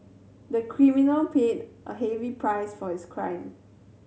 the criminal paid a heavy price for his crime